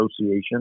Association